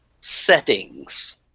settings